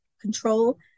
control